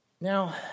Now